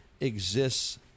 exists